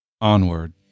onward